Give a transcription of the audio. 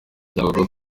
cyangugu